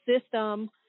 system